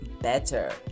better